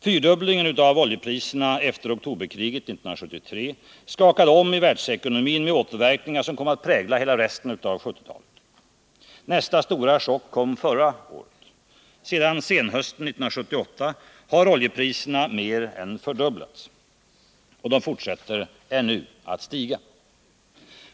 Fyrdubblingen av oljepriserna efter oktoberkriget 1973 skakade om i världsekonomin med återverkningar som kom att prägla hela resten av 1970-talet. Nästa stora chock kom förra året. Sedan senhösten 1978 har oljepriserna mer än fördubblats. Och de fortsätter att stiga.